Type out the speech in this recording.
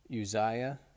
Uzziah